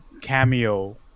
cameo